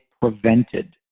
prevented